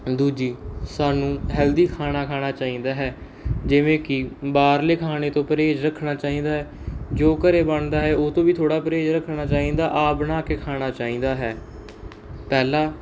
ਦੂਜੀ ਸਾਨੂੰ ਹੈਲਦੀ ਖਾਣਾ ਖਾਣਾ ਚਾਹੀਦਾ ਹੈ ਜਿਵੇਂ ਕਿ ਬਾਹਰਲੇ ਖਾਣੇ ਤੋਂ ਪਰਹੇਜ਼ ਰੱਖਣਾ ਚਾਹੀਦਾ ਹੈ ਜੋ ਘਰੇ ਬਣਦਾ ਹੈ ਉਹ ਤੋਂ ਵੀ ਥੋੜ੍ਹਾ ਪਰਹੇਜ਼ ਰੱਖਣਾ ਚਾਹੀਦਾ ਆਪ ਬਣਾ ਕੇ ਖਾਣਾ ਚਾਹੀਦਾ ਹੈ ਪਹਿਲਾਂ